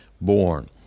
born